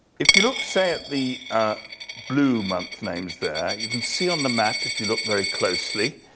if you look, say, at the blue month names there, you can see on the map, if you look very closely,